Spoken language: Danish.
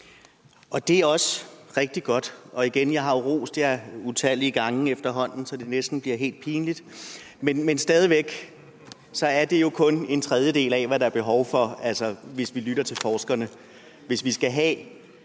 Det er også rigtig godt. Og igen vil jeg sige, at jeg har rost jer utallige gange efterhånden, så det næsten bliver helt pinligt. Men stadig væk er det jo kun en tredjedel af, hvad der er behov for, hvis vi altså lytter til forskerne. Hvis vi for alvor